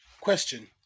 question